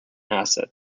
asset